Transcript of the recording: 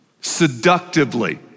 seductively